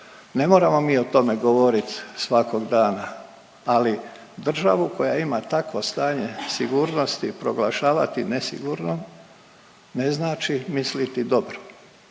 ne moramo mi o tome govoriti svakog dana, ali državu koja ima takvo stanje sigurnosti proglašavati nesigurnom ne znači misliti dobro,